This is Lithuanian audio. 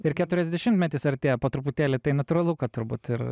ir keturiasdešimtmetis artėja po truputėlį tai natūralu kad turbūt ir